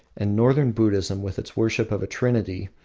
and northern buddhism with its worship of a trinity,